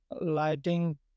lighting